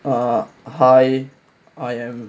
uh hi I am